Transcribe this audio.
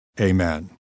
Amen